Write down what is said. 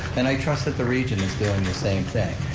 and i trust that the region doing the same thing.